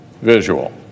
visual